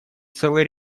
целый